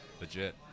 Legit